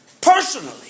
personally